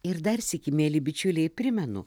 ir dar sykį mieli bičiuliai primenu